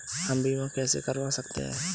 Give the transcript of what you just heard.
हम बीमा कैसे करवा सकते हैं?